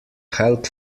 help